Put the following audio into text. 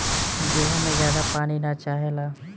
गेंहू में ज्यादा पानी ना चाहेला